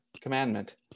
commandment